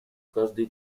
каждые